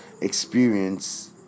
experience